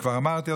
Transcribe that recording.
כבר אמרתי,